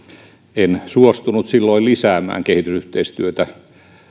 en suostunut silloin lisäämään kehitysyhteistyötä